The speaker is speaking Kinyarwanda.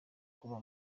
kuba